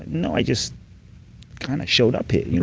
no. i just kind of showed up here,